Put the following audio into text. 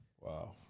Wow